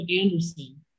Anderson